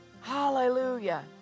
Hallelujah